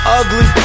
ugly